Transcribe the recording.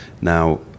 now